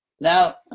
Now